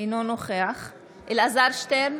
אינו נוכח אלעזר שטרן,